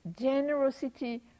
generosity